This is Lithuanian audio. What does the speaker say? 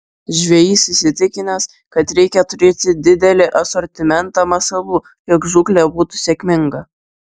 žvejys įsitikinęs kad reikia turėti didelį asortimentą masalų jog žūklė būtų sėkminga